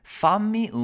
fammi